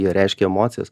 jie reiškia emocijas